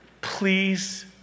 Please